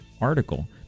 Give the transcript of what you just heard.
article